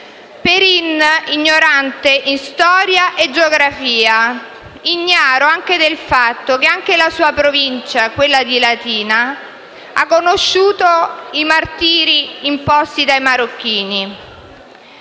Perin è ignorante in storia e geografia, ignaro anche del fatto che la sua provincia, quella di Latina, ha conosciuto i martiri imposti dai marocchini.